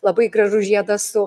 labai gražus žiedas su